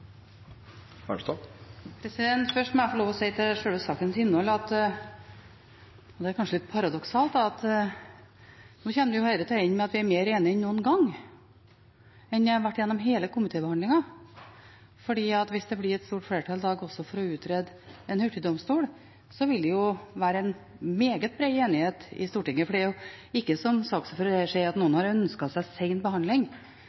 litt paradoksalt at dette kommer til å ende med at vi blir mer enige enn vi har vært noen gang gjennom hele komitébehandlingen, for hvis det i dag blir et stort flertall for også å utrede innføring av en hurtigdomstol, vil det være en meget bred enighet i Stortinget. Det er ikke slik som saksordføreren sa, at noen har ønsket seg en sen behandling.